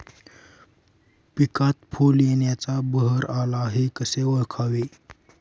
पिकात फूल येण्याचा बहर आला हे कसे ओळखावे?